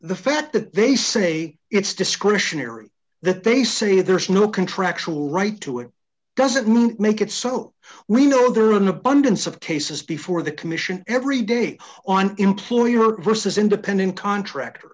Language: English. the fact that they say it's discretionary that they say there's no contractual right to it doesn't make it so we know there are an abundance of cases before the commission every day on employer versus independent contractor